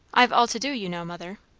i've all to do, you know, mother.